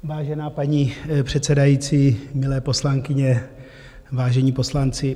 Vážená paní předsedající, milé poslankyně, vážení poslanci.